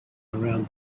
around